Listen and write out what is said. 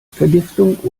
vergiftung